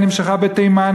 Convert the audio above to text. היא נמשכה בתימן,